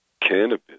cannabis